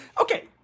Okay